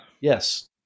yes